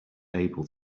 able